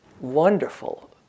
Wonderful